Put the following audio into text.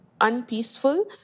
unpeaceful